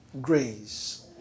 grace